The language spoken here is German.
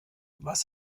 was